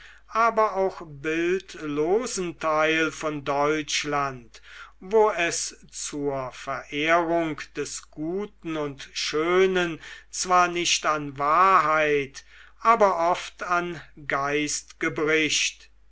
aber auch bildlosen teil von deutschland wo es zur verehrung des guten und schönen zwar nicht an wahrheit aber oft an geist